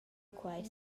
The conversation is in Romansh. quei